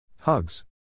Hugs